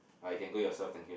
ah you can go yourself thank you